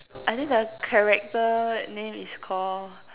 I think the character name is Called